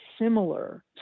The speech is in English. similar